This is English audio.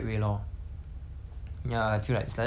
just be appreciative about life